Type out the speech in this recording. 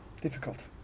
difficult